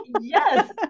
yes